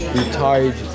retired